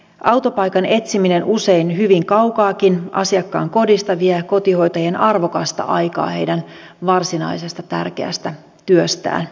autopaikan etsiminen usein hyvin kaukaakin asiakkaan kodista vie kotihoitajien arvokasta aikaa heidän varsinaisesta tärkeästä työstään